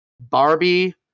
Barbie